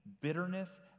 bitterness